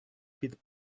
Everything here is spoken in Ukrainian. під